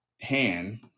hand